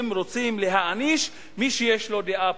הם רוצים להעניש את מי שיש לו דעה פוליטית,